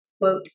quote